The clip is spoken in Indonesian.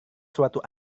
suatu